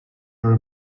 were